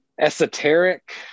esoteric